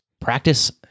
practice